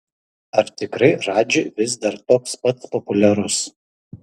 ar tikrai radži vis dar toks pats populiarus